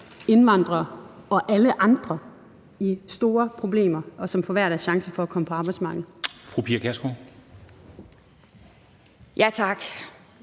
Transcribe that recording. indvandrere og alle andre fast i store problemer, og som forværrer deres chance for at komme ind på arbejdsmarkedet.